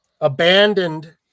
abandoned